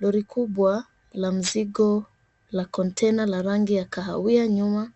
Lori kubwa la mzigo la container la rangi ya kahawia nyuma